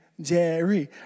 Jerry